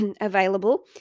available